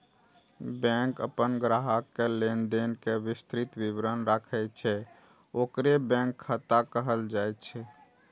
bank अपन ग्राहक के लेनदेन के विस्तृत विवरण राखै छै, ओकरे बैंक खाता कहल जाइ छै